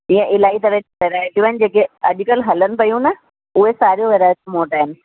ईअं इलाही तरह तरह जो आहिनि जेके अॼुकल्ह हलनि पयूं न उहे सारियूं वैराइटियूं मूं वटि आहिनि